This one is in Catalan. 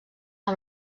amb